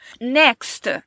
Next